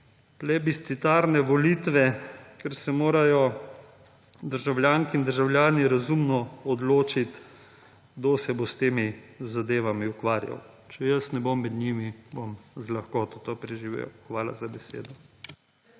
plebiscitarne volitve, kjer se morajo državljanke in državljani razumno odločiti, kdo se bo s temi zadevami ukvarjal. Če jaz ne bom med njimi, bom z lahkoto to preživel. Hvala za besedo.